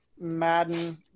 Madden